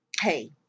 hey